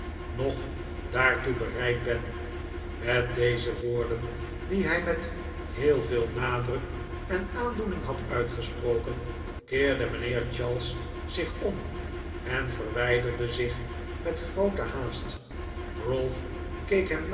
nog daartoe bereid ben met deze woorden die hij met heel veel nadruk en aandoening had uitgesproken keerde mijnheer charles zich om en verwijderde zich met groote haast